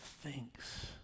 thinks